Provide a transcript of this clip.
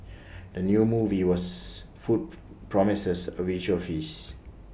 the new movie was food promises A visual feast